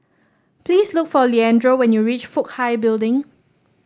please look for Leandro when you reach Fook Hai Building